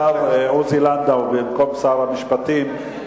השר עוזי לנדאו, במקום שר המשפטים.